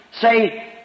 say